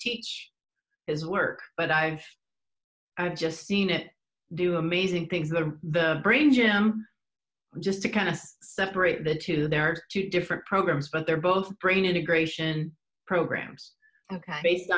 teach is work but i've i've just seen it do amazing things the brain gym just to kind of separate the two there are two different programs but they're both brain integration programs ok